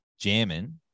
jamming